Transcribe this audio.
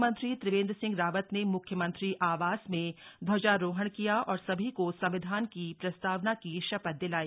मुख्यमंत्री त्रिवेंद्र सिंह रावत ने म्ख्यमंत्री आवास में ध्वजारोहण किया और सभी को संविधान की प्रस्तावना की शपथ दिलाई